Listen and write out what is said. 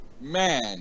man